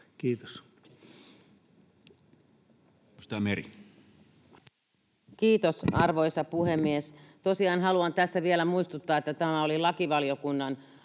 Content: Kiitos, arvoisa puhemies! Tosiaan haluan tässä vielä muistuttaa, että tämä selonteon tekeminen tuli